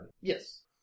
Yes